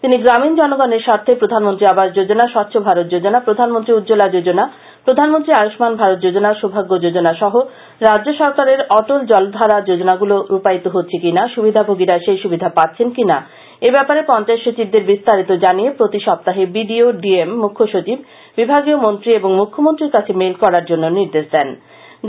তিনি গ্রামীন জনগনের স্বার্থে প্রধানমন্ত্রী আবাস যোজনা স্বচ্ছ ভারত যোজনা প্রধানমন্ত্রী উজ্জ্বলা যোজনা প্রধানমন্ত্রী আয়ুষ্মান ভারত যোজনা সৌভাগ্য যোজনা সহ রাজ্য সরকারের অটল যোজনাগুলো রূপায়িত হচ্ছে কি না সুবিধাভোগীরা সেই সুবিধা পাচ্ছেন কি না এ ব্যাপারে পঞ্চায়েত সচিবদের বিস্তারিত জানিয়ে প্রতি সপ্তাহে বিডিও ডিএম মুখ্যসচিব বিভাগীয়মন্ত্রী এবং মুখ্যমন্ত্রীর কাছে মেইল করার জন্য নির্দেশ দিয়েছেন